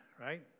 right